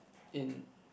in